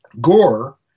Gore